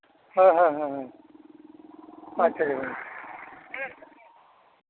ᱦᱮᱸ ᱦᱮᱸ ᱦᱮᱸ ᱟᱪᱪᱷᱟ ᱟᱪᱪᱷᱟ